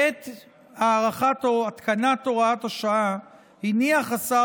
בעת הארכת או התקנת הוראת השעה הניח השר